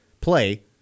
play